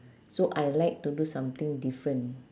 so I like to do something different